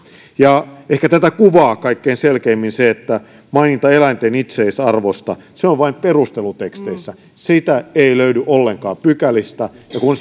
ehkä tätä kuvaa kaikkein selkeimmin se että maininta eläinten itseisarvosta on vain perusteluteksteissä sitä ei löydy ollenkaan pykälistä ja kun